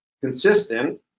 consistent